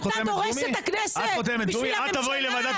אתה דורס את הכנסת בשביל הממשלה?